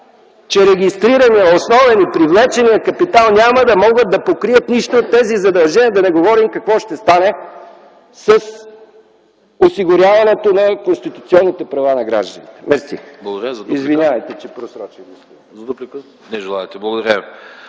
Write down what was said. че регистрираният – основен и привлечен, капитал няма да може да покрие нищо от тези задължения, а да не говорим какво ще стане с осигуряването на конституционните права на гражданите. Извинявайте, че просрочих времето. Благодаря.